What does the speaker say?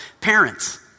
parents